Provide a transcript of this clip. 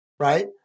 Right